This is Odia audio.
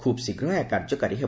ଖୁବ୍ଶୀଘ୍ର ଏହା କାର୍ଯ୍ୟକାରୀ ହେବ